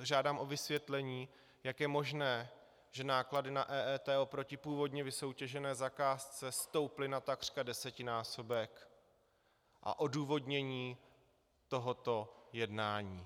Žádám o vysvětlení, jak je možné, že náklady na EET oproti původně vysoutěžené zakázce stouply takřka na desetinásobek, a odůvodnění tohoto jednání.